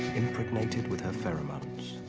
impregnated with her pheromones.